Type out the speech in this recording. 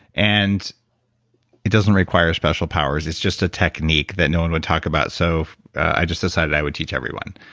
and it doesn't require special powers. it's just a technique that no one would talk about so i just decided i would teach everyone.